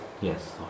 Yes